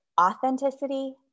Authenticity